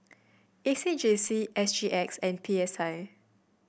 A C J C S G X and P S I